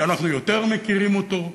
שאנחנו יותר מכירים אותו,